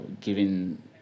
giving